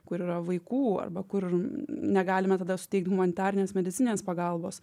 kur yra vaikų arba kur negalime tada suteikt humanitarinės medicininės pagalbos